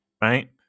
Right